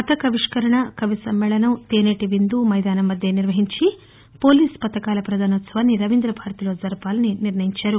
పతాకావిష్కరణ కవి సమ్మేళనం తేనేటి విందు మైదానం వద్దే నిర్వహించి పోలీసు పతకాల పదానోత్సవాన్ని రవీందభారతిలో జరపాలని నిర్ణయించారు